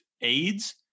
aids